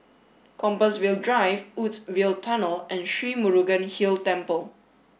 Compassvale Drive Woodsville Tunnel and Sri Murugan Hill Temple